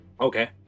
Okay